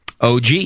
OG